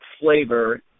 flavor